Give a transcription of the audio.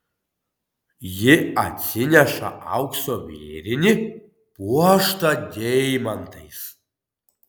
ji atsineša aukso vėrinį puoštą deimantais